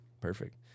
Perfect